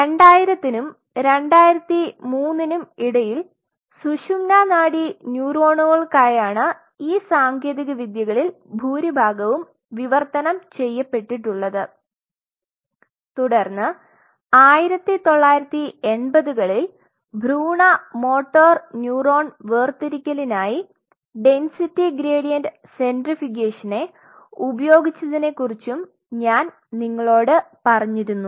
2000ത്തിനും 2003നും ഇടയിൽ സുഷുമ്നാ നാഡി ന്യൂറോണുകൾക്കായാണ് ഈ സാങ്കേതികവിദ്യകളിൽ ഭൂരിഭാഗവും വിവർത്തനം ചെയ്യപ്പെട്ടിട്ടുള്ളത് തുടർന്ന് 1980 കളിൽ ഭ്രൂണ മോട്ടോർ ന്യൂറോൺ വേർതിരിക്കലിനായി ഡെന്സിറ്റി ഗ്രേഡിയന്റ് സെൻട്രിഫ്യൂഗിനെ ഉപയോഗിച്ചതിനെ കുറിച്ചും ഞാൻ നിങ്ങളോട് പറഞ്ഞിരുന്നു